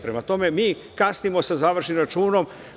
Prema tome, mi kasnimo sa završnim računom.